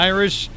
Irish